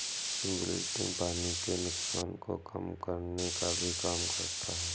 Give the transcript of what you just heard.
wilting पानी के नुकसान को कम करने का भी काम करता है